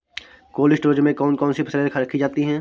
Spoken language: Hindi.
कोल्ड स्टोरेज में कौन कौन सी फसलें रखी जाती हैं?